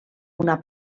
una